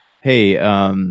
Hey